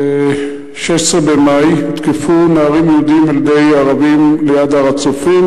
ב-16 במאי הותקפו נערים יהודים על-ידי ערבים ליד הר-הצופים.